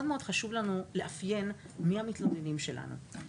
מאוד חשוב לנו לאפיין מי המתלוננים שלנו.